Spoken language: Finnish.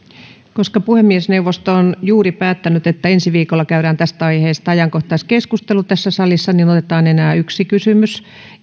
koska puhemiesneuvosto on juuri päättänyt että ensi viikolla käydään tästä aiheesta ajankohtaiskeskustelu tässä salissa niin otetaan enää yksi kysymys